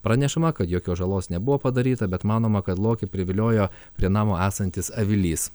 pranešama kad jokios žalos nebuvo padaryta bet manoma kad lokį priviliojo prie namo esantis avilys